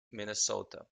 minnesota